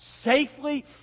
safely